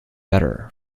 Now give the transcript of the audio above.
better